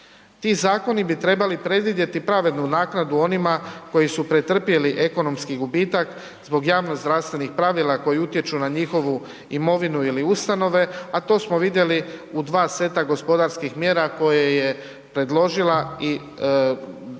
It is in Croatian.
Ti zakoni bi trebali predvidjeti pravednu naknadu onima koji su pretrpjeli ekonomski gubitak zbog javnozdravstvenih pravila koji utječu na njihovu imovinu ili ustanove, a to smo vidjeli u dva seta gospodarskih mjera koje je predložila i dalje